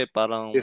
parang